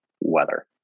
weather